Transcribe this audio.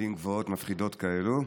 מילים גבוהות, מפחידות כאלה.